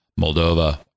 moldova